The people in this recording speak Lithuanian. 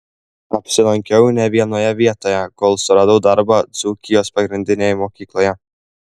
apsilankiau ne vienoje vietoje kol suradau darbą dzūkijos pagrindinėje mokykloje